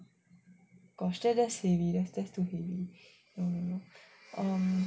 oh sure that's heavy that's too heavy um